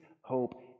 hope